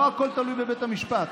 לא הכול תלוי בבית המשפט.